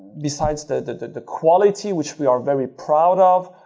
besides the quality, which we are very proud of.